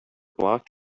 blocked